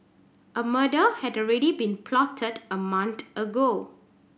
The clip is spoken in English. a murder had ready been plotted a mount ago